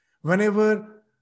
Whenever